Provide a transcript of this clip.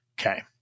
Okay